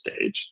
stage